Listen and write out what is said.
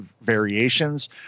variations